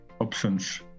options